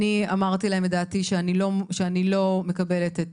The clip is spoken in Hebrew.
אמרתי להם את דעתי שאני לא מקבלת את